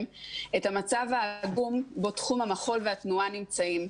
את המצב העגום בו תחום המחול והתנועה נמצאים.